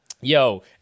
yo